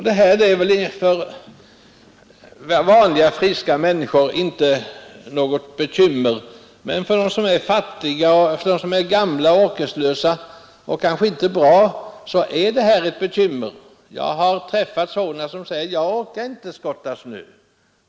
Det här är väl för vanliga, friska människor inte något bekymmer, men för dem som är gamla och orkeslösa och kanske sjuka innebär det en svårighet. Jag har träffat sådana som säger: ”Jag orkar inte skotta snö.